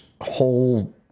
whole